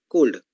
Cold